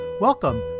Welcome